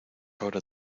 ahora